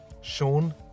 Sean